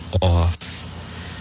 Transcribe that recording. off